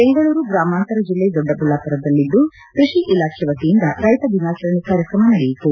ಬೆಂಗಳೂರು ಗ್ರಾಮಾಂತರ ಜಿಲ್ಲೆ ದೊಡ್ಡಬಳ್ಳಾಪುರದಲ್ಲಿಂದು ಕೃಷಿ ಇಲಾಖೆ ವತಿಯಿಂದ ರೈತ ದಿನಾಚರಣೆ ಕಾರ್ಯಕ್ರಮ ನಡೆಯಿತು